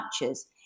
matches